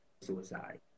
suicide